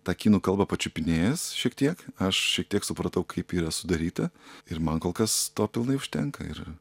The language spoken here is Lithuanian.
tą kinų kalbą pačiupinėjęs šiek tiek aš šiek tiek supratau kaip ji yra sudaryta ir man kol kas to pilnai užtenka ir